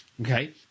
Okay